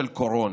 של קורונה?